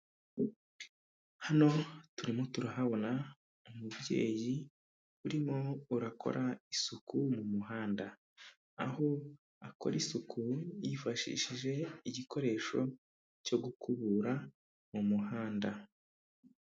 Hano turarimo turahabona umubyeyi urimo urakora isuku mu muhanda, aho akora isuku yifashishije igikoresho cyo gukubura mu muhanda.